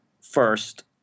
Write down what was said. first